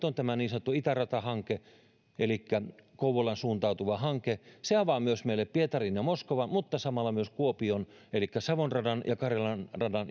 on tämä niin sanottu itäratahanke elikkä kouvolaan suuntautuva hanke se avaa meille yhteyksiä pietariin ja moskovaan mutta samalla myös savon radan kuopioon ja karjalan radan